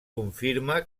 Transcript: confirma